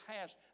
past